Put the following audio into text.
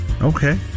okay